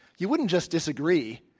you wouldn't just disagree.